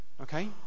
okay